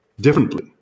differently